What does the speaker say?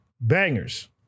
Bangers